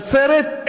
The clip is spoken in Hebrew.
נצרת,